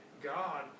God